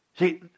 See